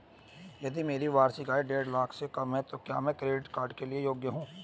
यदि मेरी वार्षिक आय देढ़ लाख से कम है तो क्या मैं क्रेडिट कार्ड के लिए योग्य हूँ?